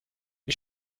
wie